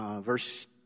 verse